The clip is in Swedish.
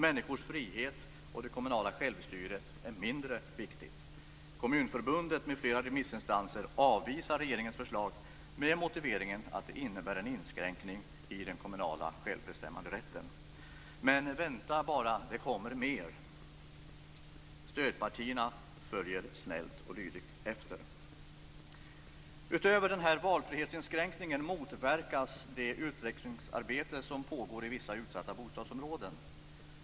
Människors frihet och det kommunala självstyret är mindre viktigt. Kommunförbundet, m.fl. remissinstanser, avvisar regeringens förslag med motiveringen att det innebär en inskränkning i den kommunala självbestämmanderätten. Men vänta bara - det kommer mer! Stödpartierna följer snällt och lydigt efter. Utöver denna valfrihetsinskränkning motverkas det utvecklingsarbete som pågår i vissa utsatta bostadsområden.